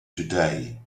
today